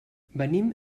venim